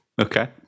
Okay